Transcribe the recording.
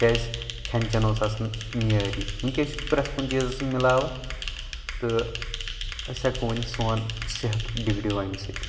کیٛازِ کھٮ۪ن چٮ۪ن اوس آسان میعٲری وُنکیٛس چھ برٛٮ۪تھ کُنہِ چیٖزس مِلاوٹھ تہٕ أسۍ ہٮ۪کو ؤنِتھ سون صحت بِگڑٮ۪و امہِ سۭتۍ